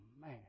man